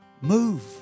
Move